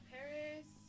Paris